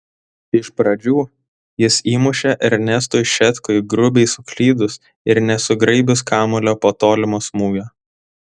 iš pradžių jis įmušė ernestui šetkui grubiai suklydus ir nesugraibius kamuolio po tolimo smūgio